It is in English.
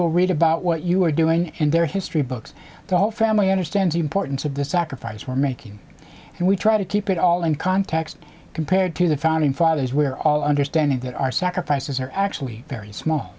will read about what you were doing in their history books the whole family understands the importance of the sacrifice we're making and we try to keep it all in context compared to the founding fathers were all understanding that our sacrifices are actually very small